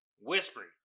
whispering